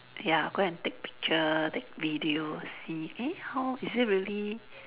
ya go and take picture take video see eh how is it really